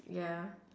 ya